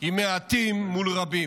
היא מעטים מול רבים: